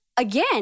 Again